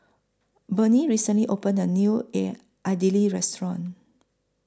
Burney recently opened A New Air Idili Restaurant